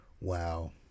Wow